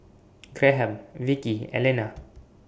Graham Vickey Elena